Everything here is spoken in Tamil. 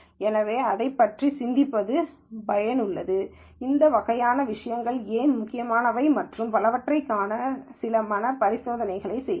எனவே இதைப் பற்றி சிந்திப்பது பயனுள்ளது இந்த வகையான விஷயங்கள் ஏன் முக்கியமானவை மற்றும் பலவற்றைக் காண சில மன பரிசோதனைகள் செய்யுங்கள்